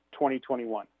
2021